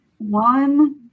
One